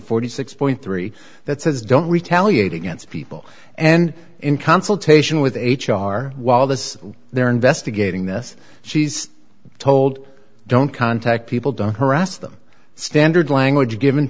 forty six point three that says don't retaliate against people and in consultation with h r while this they're investigating this she's told don't contact people don't harass them standard language given